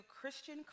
Christian